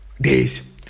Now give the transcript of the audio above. days